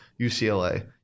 UCLA